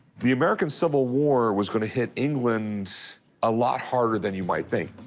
the american civil war was going to hit england a lot harder than you might think.